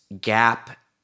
gap